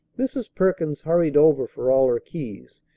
mrs. perkins hurried over for all her keys,